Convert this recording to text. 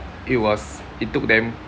it was it took them